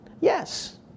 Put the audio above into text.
Yes